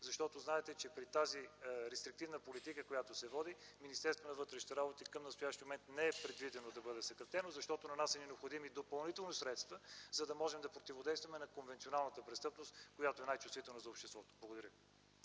защото знаете, че при тази рестриктивна политика, която се води, Министерството на вътрешните работи и към настоящия момент не е предвидено да бъде съкратено, защото на нас са ни необходими допълнителни средства, за да можем да противодействаме на конвенционалната престъпност, която е най-чувствителна за обществото. Благодаря